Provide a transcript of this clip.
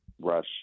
rush